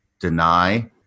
deny